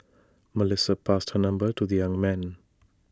Melissa passed her number to the young man